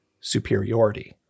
superiority